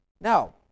Now